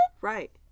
Right